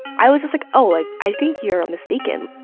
i was just like, oh, like, i think you're mistaken.